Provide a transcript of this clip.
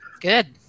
Good